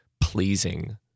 pleasing